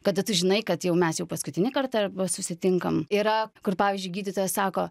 kada tu žinai kad jau mes jau paskutinį kartą susitinkam yra kur pavyzdžiui gydytoja sako